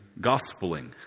gospeling